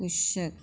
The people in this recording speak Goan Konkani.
कुशक